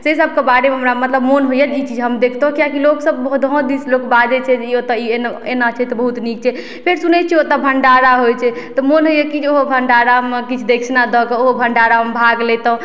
से सबके बारेमे हमरा मतलब मोन होइए जे ई चीज हम देखतहुॅं किए कि लोक सब बहुतो दिस लोक बाजै छै कि ओतऽ ई एनो एना छै तऽ बहुत नीक छै फेर सुनै छियै ओतऽ भण्डारा होइ छै तऽ मोन होइए कि जे ओहो भण्डारामे किछु दक्षिणा दऽ कऽ ओहो भण्डारामे भाग लैतहुॅं